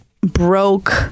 broke